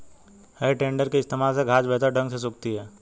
है टेडर के इस्तेमाल से घांस बेहतर ढंग से सूखती है